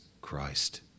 Christ